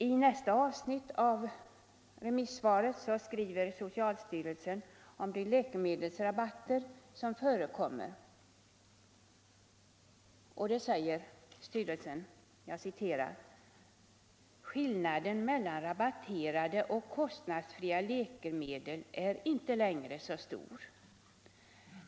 I nästa avsnitt av remissvaret skriver socialstyrelsen om de läkemedelsrabatter som förekommer, att ”skillnaden mellan rabatterade och kostnadsfria läkemedel är ej längre så stor.